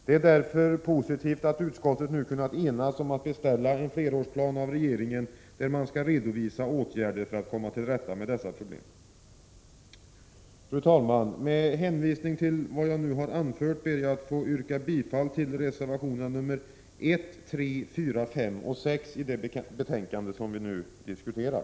Det är därför positivt att utskottet nu har kunnat enas om att av regeringen beställa en flerårsplan, där man skall redovisa åtgärder för att komma till rätta med dessa problem. Fru talman! Med hänvisning till vad jag nu har anfört ber jag att få yrka bifall till reservationerna 1, 3, 4, 5 och 6 i det betänkande som vi nu diskuterar.